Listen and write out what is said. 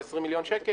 זה 20 מיליון שקל